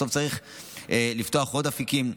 בסוף צריך לפתוח עוד אפיקים.